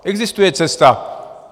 Existuje cesta.